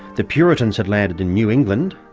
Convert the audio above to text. the puritans had landed in new england,